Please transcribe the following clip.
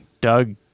Doug